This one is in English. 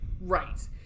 right